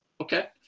okay